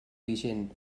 vigent